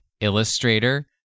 Illustrator